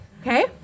okay